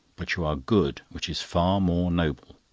but you are good, which is far more noble.